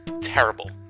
terrible